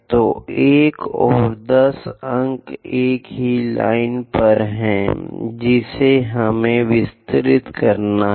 तो 1 और 10 अंक एक ही लाइन पर हैं जिसे हमें विस्तारित करना है